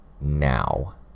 Now